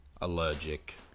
Allergic